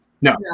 no